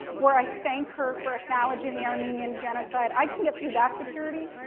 where i thank her for acknowledging the armenian genocide. i can get through that security,